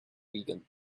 vegan